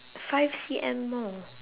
five C_M more